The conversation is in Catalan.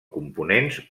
components